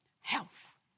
Health